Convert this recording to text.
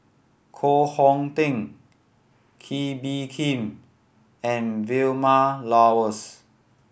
Koh Hong Teng Kee Bee Khim and Vilma Laus